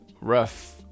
rough